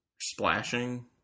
Splashing